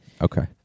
Okay